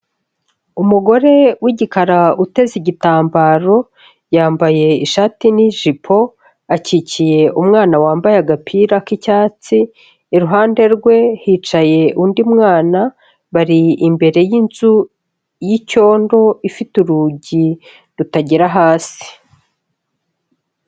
Umugore w'igikara uteze igitambaro, yambaye ishati n'ijipo, akikiye umwana wambaye agapira k'icyatsi, iruhande rwe hicaye undi mwana, bari imbere y'inzu y'icyondo ifite urugi rutagera hasi.